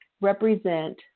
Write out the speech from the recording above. represent